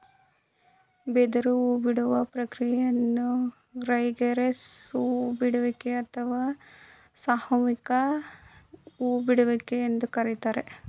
ಬಿದಿರು ಹೂಬಿಡುವ ಪ್ರಕ್ರಿಯೆಯನ್ನು ಗ್ರೆಗೇರಿಯಸ್ ಹೂ ಬಿಡುವಿಕೆ ಅಥವಾ ಸಾಮೂಹಿಕ ಹೂ ಬಿಡುವಿಕೆ ಎಂದು ಕರಿತಾರೆ